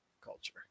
Culture